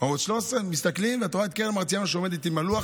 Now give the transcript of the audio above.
תקציבית של 3 מיליארד למען המפונים.